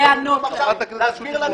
--- חברת הכנסת מועלם,